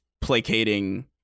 placating